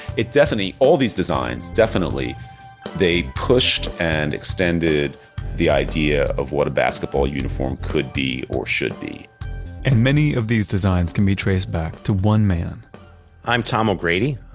it definitely all these designs definitely they pushed and extended the idea of what a basketball uniform could be or should be and many of these designs can be traced back to one man i'm tom o'grady.